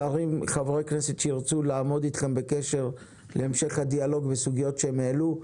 חברי כנסת שירצו לעמוד איתכם בקשר להמשך הדיאלוג בסוגיות שהם העלו,